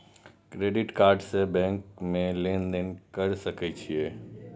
Credit card से bank में लेन देन कर सके छीये?